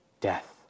death